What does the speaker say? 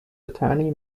attorney